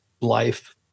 life